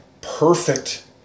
perfect